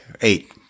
Eight